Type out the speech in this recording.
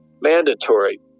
mandatory